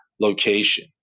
location